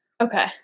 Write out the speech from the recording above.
Okay